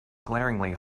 glaringly